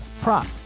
prop